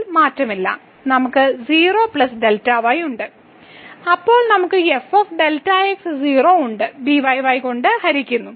Δx മാറില്ല നമുക്ക് 0 ഉണ്ട് അപ്പോൾ നമുക്ക് f Δx 0 ഉണ്ട് byy കൊണ്ട് ഹരിക്കുന്നു